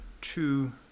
two